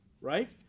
right